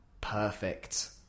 perfect